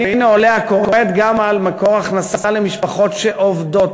והנה עולה הכורת גם על מקור הכנסה למשפחות שעובדות,